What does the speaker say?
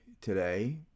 today